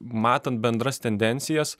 matant bendras tendencijas